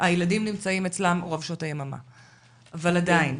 הילדים נמצאים אצלם רוב שעות היממה, אבל עדיין.